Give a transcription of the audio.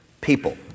people